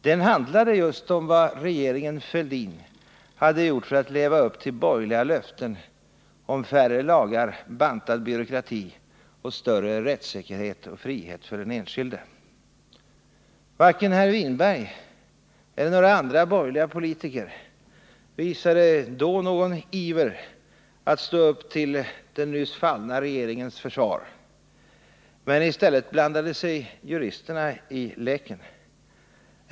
Den handlade just om vad regeringen Fälldin hade gjort för att leva upp till borgerliga löften om färre lagar, bantad byråkrati och större rättssäkerhet och frihet för den enskilde. Varken herr Winberg eller några andra borgerliga politiker visade då någon iver att stå upp till den nyss fallna regeringens försvar. I stället blandade sig juristerna i leken.